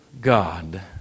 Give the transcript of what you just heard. God